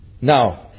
Now